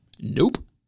Nope